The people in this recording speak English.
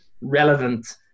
relevant